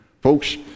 Folks